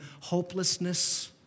hopelessness